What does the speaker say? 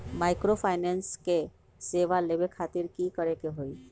Microfinance के सेवा लेबे खातीर की करे के होई?